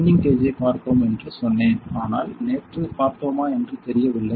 பென்னிங் கேஜைப் பார்த்தோம் என்று சொன்னேன் ஆனால் நேற்று பார்த்தோமா என்று தெரியவில்லை